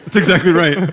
exactly right